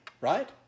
right